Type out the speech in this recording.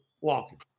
walking